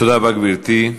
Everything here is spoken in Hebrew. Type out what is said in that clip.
תודה רבה, גברתי.